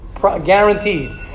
Guaranteed